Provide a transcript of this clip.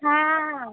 हां